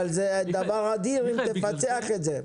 אבל זה דבר אדיר אם תפתח את זה.